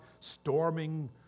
storming